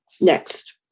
Next